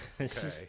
Okay